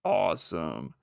awesome